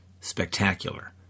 Spectacular